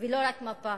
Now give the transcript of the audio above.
ולא רק מפה.